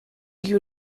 you